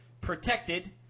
protected